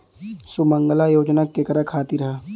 सुमँगला योजना केकरा खातिर ह?